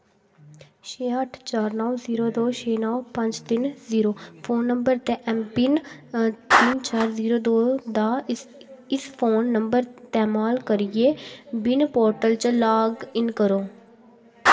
छयाट चार नौ जीरो दो छे नौ पंज तिन जीरो फोन नंबर ते ऐम्मपिन तिन चार जीरो दो दा इस्फोन नंबर ते माल करियै विन पोर्टल च लाग इन करो